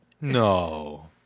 No